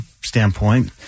standpoint